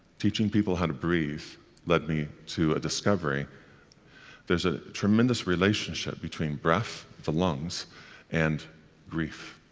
teaching people how to breathe led me to a discovery there's a tremendous relationship between breath the lungs and grief.